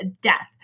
death